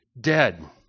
dead